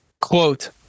Quote